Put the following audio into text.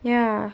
ya